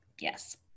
Yes